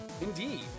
Indeed